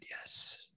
yes